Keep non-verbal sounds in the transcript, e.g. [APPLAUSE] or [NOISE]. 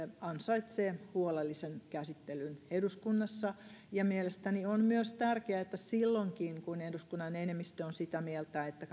ansaitsee huolellisen käsittelyn eduskunnassa mielestäni on myös tärkeää että silloinkin kun eduskunnan enemmistö on sitä mieltä että [UNINTELLIGIBLE]